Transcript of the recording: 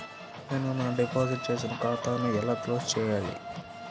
నేను నా డిపాజిట్ చేసిన ఖాతాను ఎలా క్లోజ్ చేయాలి?